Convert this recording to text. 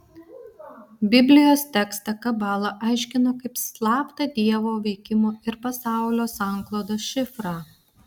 biblijos tekstą kabala aiškina kaip slaptą dievo veikimo ir pasaulio sanklodos šifrą